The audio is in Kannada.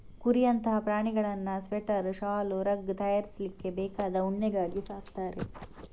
ಕುರಿಯಂತಹ ಪ್ರಾಣಿಗಳನ್ನ ಸ್ವೆಟರ್, ಶಾಲು, ರಗ್ ತಯಾರಿಸ್ಲಿಕ್ಕೆ ಬೇಕಾದ ಉಣ್ಣೆಗಾಗಿ ಸಾಕ್ತಾರೆ